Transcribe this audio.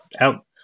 out